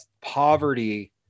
poverty